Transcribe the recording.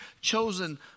chosen